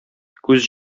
күз